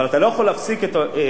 אבל אתה לא יכול להפסיק את התחבורה